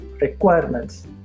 requirements